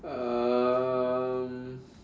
um